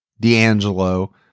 D'Angelo